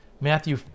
Matthew